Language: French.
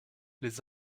les